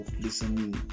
listening